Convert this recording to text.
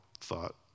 thought